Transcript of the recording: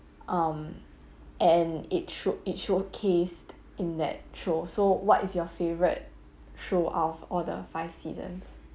um and it should it showcased in that show so what is your favourite show out of all the five seasons